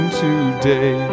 today